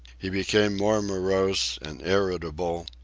he became more morose and irritable,